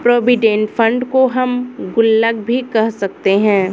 provident fund को हम गुल्लक भी कह सकते हैं